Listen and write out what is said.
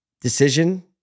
decision